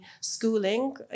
schooling